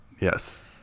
Yes